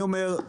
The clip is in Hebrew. אני אומר,